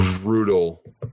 brutal